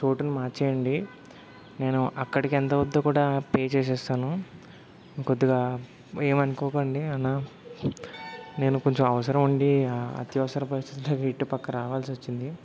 చోటును మార్చేయండి నేను అక్కడికి ఎంతవుతుందో కూడా పే చేసేస్తాను కొద్దిగా ఏమనుకోకండి అన్నా నేను కొంచెం అవసరం ఉండి అత్యవసర పరిస్థితుల్లో ఇటు పక్క రావాల్సొచ్చింది